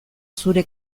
zure